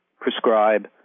prescribe